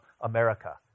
America